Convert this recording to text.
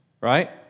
right